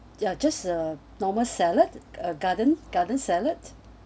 ya just a normal salad a garden garden salad